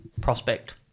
prospect